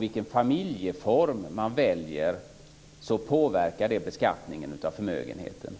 Vilken familjeform man väljer påverkar beskattningen av förmögenheten.